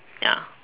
ya